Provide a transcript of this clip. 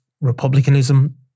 Republicanism